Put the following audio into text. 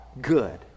good